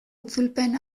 itzulpen